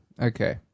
okay